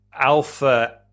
alpha